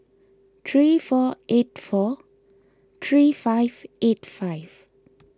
three four eight four three five eight five